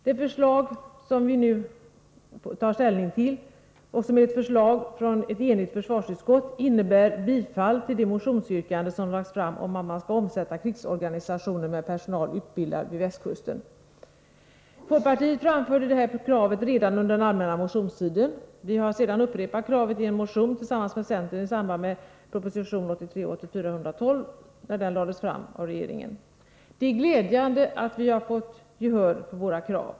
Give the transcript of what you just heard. Det förslag som vi nu skall ta ställning till är ett förslag från ett enigt försvarsutskott och innebär bifall till de motionsyrkanden som har lagts fram om att man skall omsätta krigsorganisationen med personal utbildad vid västkusten. Folkpartiet framförde detta krav redan under den allmänna motionstiden. Vi har sedan upprepat kravet i en motion tillsammans med centern i samband med att proposition 1983/84:112 lades fram av regeringen. Det är glädjande att vi har fått gehör för våra krav.